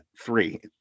three